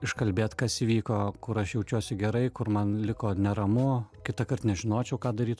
iškalbėt kas įvyko kur aš jaučiuosi gerai kur man liko neramu kitąkart nežinočiau ką daryt